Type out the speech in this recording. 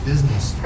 Business